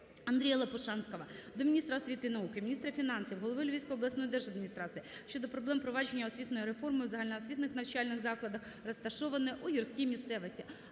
Андрія Лопушанського до міністра освіти і науки, міністра фінансів, голови Львівської обласної держадміністрації щодо проблем впровадження освітньої реформи у загальноосвітніх навчальних закладах, розташованих у гірській місцевості.